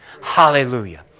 Hallelujah